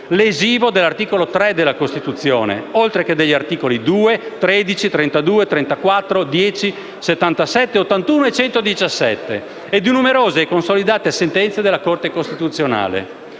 lesivo dell'articolo 3 della Costituzione, oltreché degli articoli 2, 13, 32, 34, 10, 77, 81 e 117 e di numerose e consolidate sentenze della Corte costituzionale.